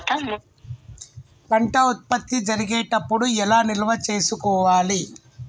పంట ఉత్పత్తి జరిగేటప్పుడు ఎలా నిల్వ చేసుకోవాలి?